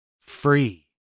Free